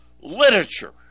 literature